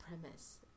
premise